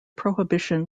prohibition